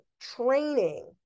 training